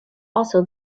also